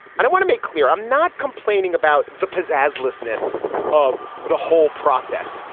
and i want to make clear i'm not complaining about the pizzazz looseness of the whole process.